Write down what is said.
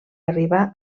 arribar